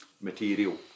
material